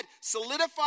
solidified